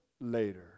later